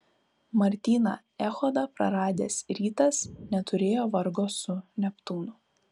martyną echodą praradęs rytas neturėjo vargo su neptūnu